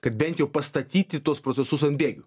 kad bent jau pastatyti tuos procesus ant bėgių